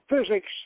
physics